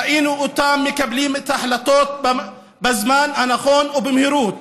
ראינו אותם מקבלים את ההחלטות בזמן הנכון ובמהירות.